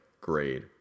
grade